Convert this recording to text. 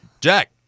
Jack